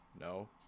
No